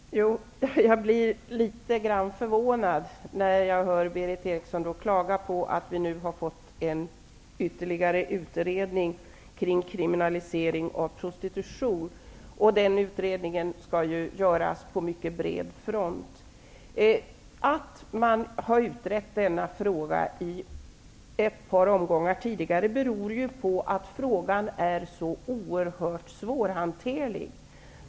Herr talman! Jag blir litet förvånad när jag hör Berith Eriksson klaga på att vi har fått ytterligare en utredning kring kriminalisering av prostitution. Den utredningen skall göras på mycket bred front. Att man har utrett denna fråga i ett par omgångar tidigare beror ju på att frågan är så oerhört svårhanterlig.